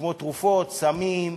כמו תרופות, סמים,